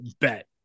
bet